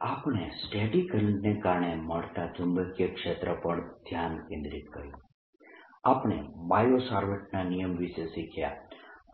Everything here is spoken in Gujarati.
ચુંબકીય ક્ષેત્રો માટે એમ્પીયરનો નિયમ આપણે સ્ટેડી કરંટ ને કારણે મળતા ચુંબકીય ક્ષેત્ર પર ધ્યાન કેન્દ્રિત કર્યું આપણે બાયો સાવર્ટના નિયમ વિશે શીખ્યા